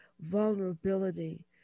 vulnerability